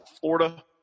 Florida